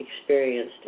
experienced